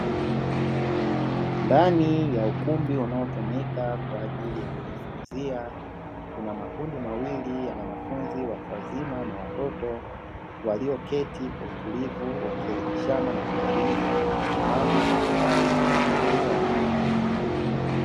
Ndani ya ukumbi unao tumika kwajili ya kujifunzia, kuna makundi mawili ya watu wazima na watoto, walioketi kwa utulivu wakielimishana na kujadili mambo mbalimbali ili kuongeza maarifa.